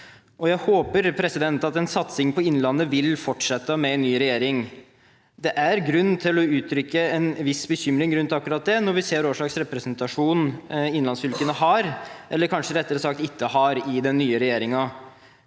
jeg håper at en satsing på innlandet vil fortsette med ny regjering. Det er grunn til å uttrykke en viss bekymring for akkurat dette når vi ser hvilken representasjon innlandsfylkene har – eller kanskje rettere sagt ikke har – i den nye regjeringen.